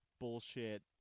bullshit